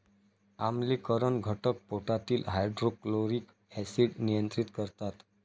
आम्लीकरण घटक पोटातील हायड्रोक्लोरिक ऍसिड नियंत्रित करतात